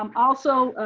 um also,